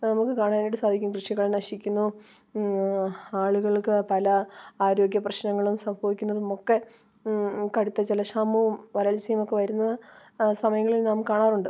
നമുക്ക് കാണാനായിട്ട് സാധിക്കും കൃഷികൾ നശിക്കുന്നു ഇന്ന് ആളുകൾക്ക് പല ആരോഗ്യ പ്രശ്നങ്ങളും സംഭവിക്കുന്നതുമൊക്കെ കടുത്ത ജലക്ഷാമവും വരൾച്ചയുമൊക്കെ വരുന്ന ആ സമയങ്ങളിൽ നാം കാണാറുണ്ട്